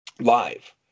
live